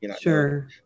Sure